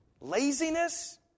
Laziness